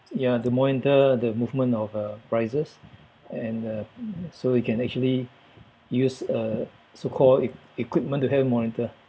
ya to monitor the movement of uh prices and uh so it can actually use a so called e~ equipment to help you monitor